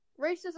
racism